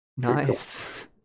Nice